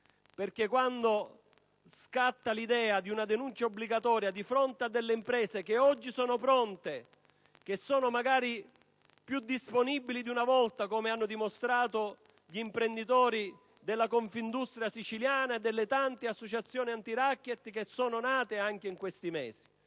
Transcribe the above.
potrebbe innescare l'idea di una denuncia obbligatoria di fronte ad imprese che oggi sono pronte, che sono magari più disponibili di una volta, come hanno dimostrato gli imprenditori della Confindustria siciliana e delle tante associazioni antiracket nate anche in questi mesi.